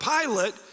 Pilate